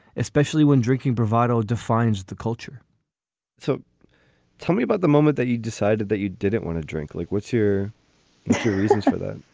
especially when drinking bravado defines the culture so tell me about the moment that you decided that you didn't want to drink like what's your your excuse for that?